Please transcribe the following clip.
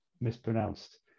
mispronounced